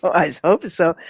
i hope so.